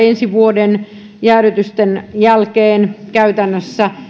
ensi vuoden jäädytysten jälkeen käytännössä